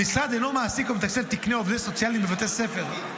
המשרד אינו מעסיק או מתקצב תקני עובדים סוציאליים בבתי הספר.